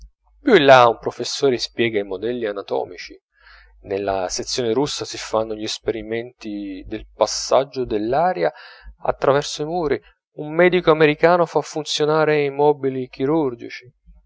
in là un professore spiega i modelli anatomici nella sezione russa si fanno gli esperimenti del passaggio dell'aria a traverso i muri un medico americano fa funzionare i mobili chirurgici